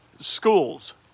Schools